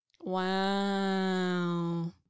Wow